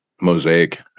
mosaic